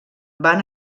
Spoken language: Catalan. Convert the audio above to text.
van